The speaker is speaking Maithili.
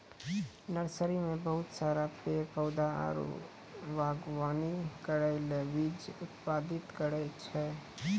नर्सरी मे बहुत सारा पेड़ पौधा आरु वागवानी करै ले बीज उत्पादित करै छै